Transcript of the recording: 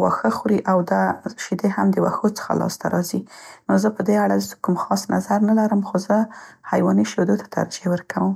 واښه خوري او ده شیدې هم د وښو څخه لاسته راځي، نو زه په دې اړه دسې کوم خاص نظر نه لرم خو زه حیواني شودو ته ترجیح ورکوم.